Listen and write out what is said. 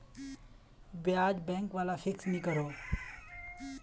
ब्याज़ बैंक वाला फिक्स नि करोह